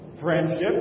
Friendship